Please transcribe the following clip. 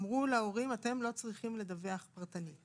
אמרו להורים: אתם לא צריכים לדווח פרטנית.